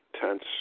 tense